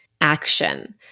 action